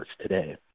today